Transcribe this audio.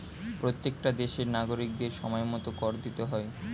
প্রত্যেকটা দেশের নাগরিকদের সময়মতো কর দিতে হয়